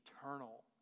eternal